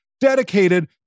dedicated